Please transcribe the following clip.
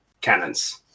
cannons